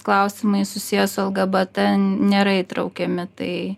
klausimai susiję su lgbt nėra įtraukiami tai